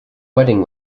wedding